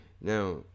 now